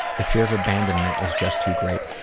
the fear of abandonment is just too great.